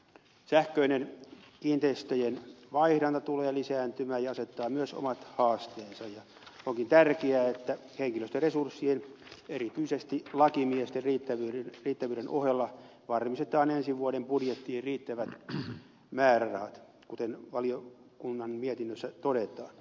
sähköinen kiinteistöjen vaihdanta tulee lisääntymään ja asettaa myös omat haasteensa ja onkin tärkeää että henkilöstöresurssien erityisesti lakimiesten riittävyyden ohella varmistetaan ensi vuoden budjettiin riittävät määrärahat kuten valiokunnan mietinnössä todetaan